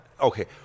Okay